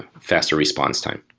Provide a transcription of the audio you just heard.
faster response time.